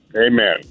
Amen